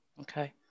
Okay